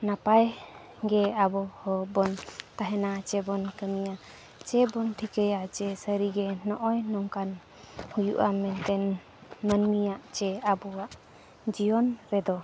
ᱱᱟᱯᱟᱭ ᱜᱮ ᱟᱵᱚ ᱦᱚᱸᱵᱚᱱ ᱛᱟᱦᱮᱱᱟ ᱪᱮ ᱵᱚᱱ ᱠᱟᱹᱢᱤᱭᱟ ᱪᱮ ᱵᱚᱱ ᱴᱷᱤᱠᱟᱹᱭᱟ ᱪᱮ ᱥᱟᱹᱨᱤᱜᱮ ᱱᱚᱜᱼᱚᱭ ᱱᱚᱝᱠᱟᱱ ᱦᱩᱭᱩᱜᱼᱟ ᱢᱮᱱᱛᱮᱫ ᱢᱟᱱᱢᱤᱭᱟᱜ ᱪᱮ ᱟᱵᱚᱣᱟᱜ ᱡᱤᱭᱚᱱ ᱨᱮᱫᱚ